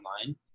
online